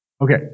Okay